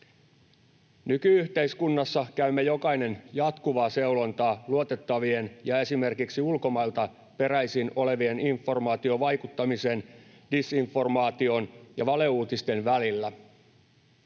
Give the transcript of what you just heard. Nyky-yhteiskunnassa käymme jokainen jatkuvaa seulontaa luotettavien ja esimerkiksi ulkomailta peräisin olevien informaatiovaikuttamisen, disinformaation ja valeuutisten välillä.